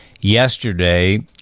yesterday